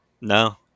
No